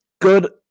good